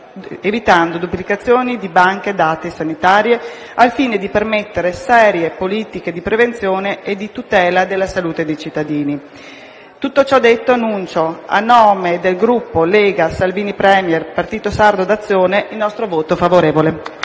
evitando duplicazioni di banche dati sanitarie, al fine di permettere serie politiche di prevenzione e di tutela della salute dei cittadini. Tutto ciò detto, annuncio a nome del Gruppo Lega Salvini Premier-Partito Sardo d'Azione, il nostro voto favorevole.